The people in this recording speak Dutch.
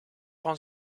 van